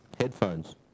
headphones